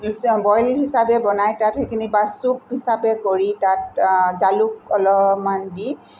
boil হিচাপে বনাই তাত সেইখিনি বা চুপ হিচাপে কৰি তাত জালুক অলপমান দি